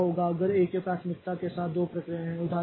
अब क्या होगा अगर एक ही प्राथमिकता के साथ दो प्रक्रियाएं हैं